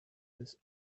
his